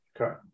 Okay